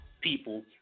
people